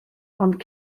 ond